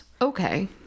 Okay